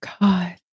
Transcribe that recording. God